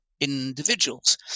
individuals